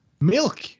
Milk